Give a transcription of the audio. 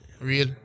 real